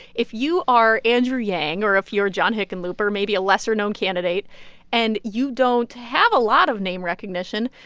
if you are andrew yang or if you're john hickenlooper, maybe a lesser-known candidate and you don't have a lot of name recognition,